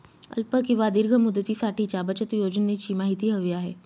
अल्प किंवा दीर्घ मुदतीसाठीच्या बचत योजनेची माहिती हवी आहे